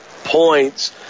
Points